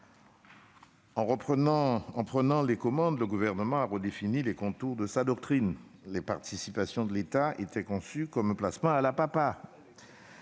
En prenant les commandes, le Gouvernement a redéfini les contours de sa doctrine : les participations de l'État étaient conçues comme un placement « à la papa